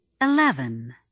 Eleven